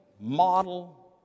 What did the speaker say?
model